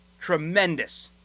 Tremendous